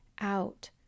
Out